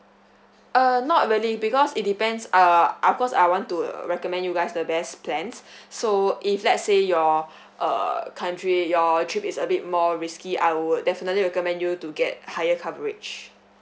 uh not really because it depends uh of course I want to uh recommend you guys the best plans so if let say your uh country your trip is a bit more risky I would definitely recommend you to get higher coverage